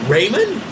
Raymond